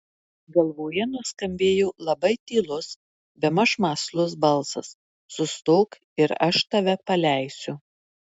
galvoje nuskambėjo labai tylus bemaž mąslus balsas sustok ir aš tave paleisiu